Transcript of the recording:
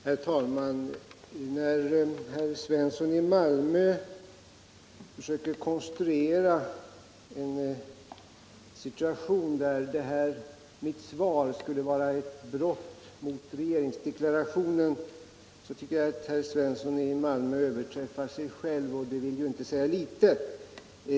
Herr talman! När herr Svensson i Malmö försöker konstruera en situation där mitt svar skulle vara ett brott mot regeringsdeklarationen tycker jag herr Svensson överträffar sig själv, och det vill inte säga litet.